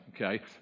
okay